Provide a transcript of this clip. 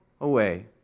away